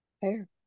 Fair